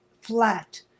flat